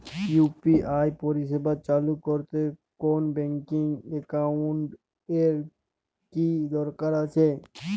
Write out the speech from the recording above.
UPI পরিষেবা চালু করতে কোন ব্যকিং একাউন্ট এর কি দরকার আছে?